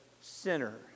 sinner